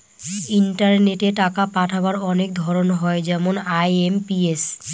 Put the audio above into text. ইন্টারনেটে টাকা পাঠাবার অনেক ধরন হয় যেমন আই.এম.পি.এস